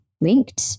linked